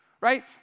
right